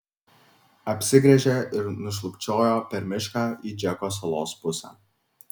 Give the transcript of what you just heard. apsigręžė ir nušlubčiojo per mišką į džeko salos pusę